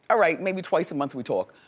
ah right, maybe twice a month we talk,